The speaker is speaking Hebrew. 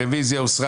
הרוויזיה הוסרה.